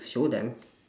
show them